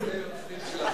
זכויות היוצרים של הסמל.